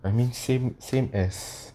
I mean same same as